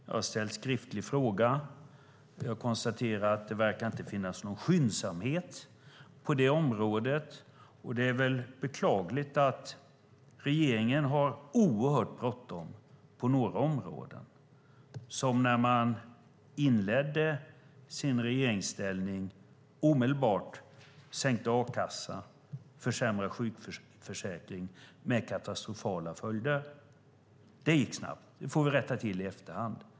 Jag har ställt en skriftlig fråga, och jag konstaterar att det inte verkar finnas någon skyndsamhet på detta område. Det är beklagligt att regeringen har oerhört bråttom på några områden. När man inledde sitt regeringsinnehav sänkte man omedelbart a-kassan och försämrade sjukförsäkringen, med katastrofala följder. Det gick snabbt, och det får vi rätta till i efterhand.